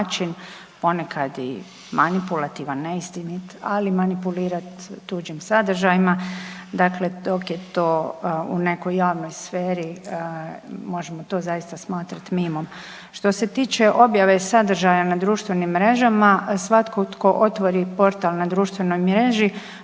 ponekad i manipulativan neistinit, ali manipulirat tuđim sadržajima, dakle dok je to u nekoj javnoj sferi možemo to zaista smatrati mimom. Što se tiče objave sadržaja na društvenim mrežama, svatko tko otvori portal na društvenoj mreži